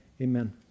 amen